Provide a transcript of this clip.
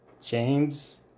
James